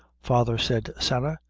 father, said sarah,